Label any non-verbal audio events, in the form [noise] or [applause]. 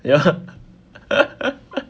ya [laughs]